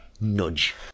nudge